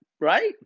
Right